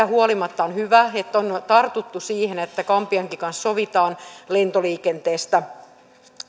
huolimatta on hyvä että on tartuttu siihen että gambiankin kanssa sovitaan lentoliikenteestä